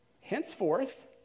Henceforth